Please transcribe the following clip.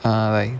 ah like